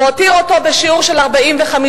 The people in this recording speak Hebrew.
הוא הותיר אותו בשיעור של 45%,